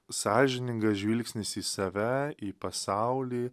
sąžiningas žvilgsnis į save į pasaulį